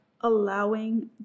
allowing